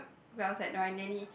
when I was at my nanny